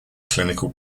clinical